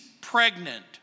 pregnant